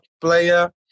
player